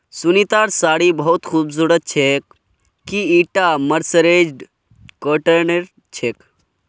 सुनीतार साड़ी बहुत सुंदर छेक, की ईटा मर्सराइज्ड कॉटनेर छिके